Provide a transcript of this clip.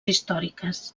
històriques